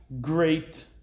great